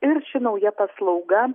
ir ši nauja paslauga